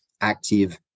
active